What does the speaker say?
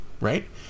right